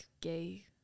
gay